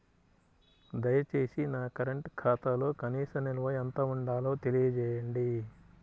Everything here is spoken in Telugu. దయచేసి నా కరెంటు ఖాతాలో కనీస నిల్వ ఎంత ఉండాలో తెలియజేయండి